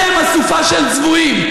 אתם אסופה של צבועים,